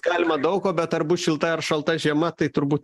galima daug ko bet ar bus šilta ar šalta žiema tai turbūt